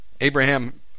Abraham